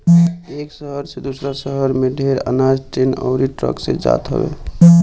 एक शहर से दूसरा शहर में ढेर अनाज ट्रेन अउरी ट्रक से जात हवे